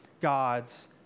God's